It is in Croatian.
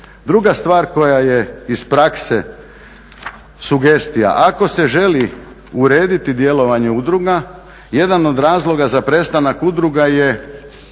Druga stvar koja je iz prakse, sugestija, ako se želi urediti djelovanje udruga jedan od razloga za prestanak udruga je